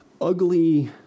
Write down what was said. ugly